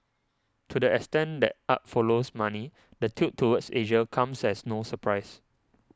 to the extent that art follows money the tilt toward Asia comes as no surprise